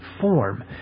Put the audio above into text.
form